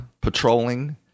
patrolling